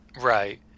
right